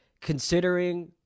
considering –